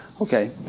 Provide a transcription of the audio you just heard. Okay